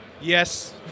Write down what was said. yes